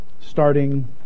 starting